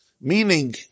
Meaning